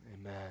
amen